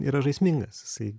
yra žaismingas jisai